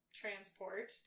transport